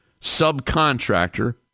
subcontractor